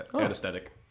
Anesthetic